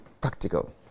practical